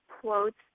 quotes